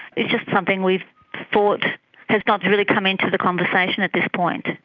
it's just something we've thought has not really come into the conversation at this point. and